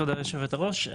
תודה יושבת הראש,